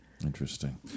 Interesting